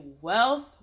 wealth